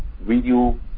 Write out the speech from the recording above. video